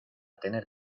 tener